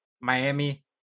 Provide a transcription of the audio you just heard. Miami